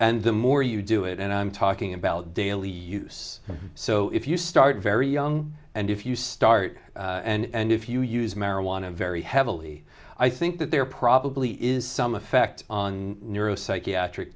and the more you do it and i'm talking about daily use so if you start very young and if you start and if you use marijuana very heavily i think that there probably is some effect on neuro psychiatric